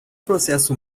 processo